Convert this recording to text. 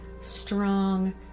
strong